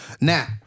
Now